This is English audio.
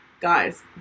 guys